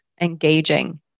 engaging